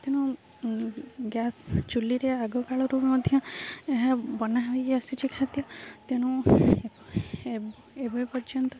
ତେଣୁ ଗ୍ୟାସ ଚୁଲିରେ ଆଗ କାଳରୁ ବି ମଧ୍ୟ ଏହା ବନା ହୋଇ ଆସିଛି ଖାଦ୍ୟ ତେଣୁ ଏବେ ପର୍ଯ୍ୟନ୍ତ ବି